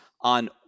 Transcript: on